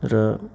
र